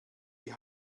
die